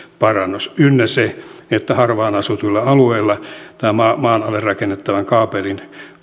parannus ynnä se että harvaan asutuilla alueilla tämän maan alle rakennettavan kaapelin